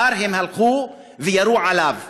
הם הלכו וירו עליו,